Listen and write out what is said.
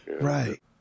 right